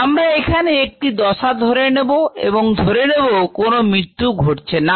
আমরা এখানে একটি দশা ধরে নেব এবং ধরে নেব কোন মৃত্যু ঘটছে না